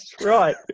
Right